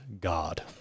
God